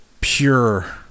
pure